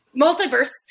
Multiverse